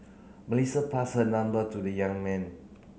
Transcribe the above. Melissa passed her number to the young man